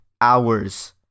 hours